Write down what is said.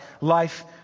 life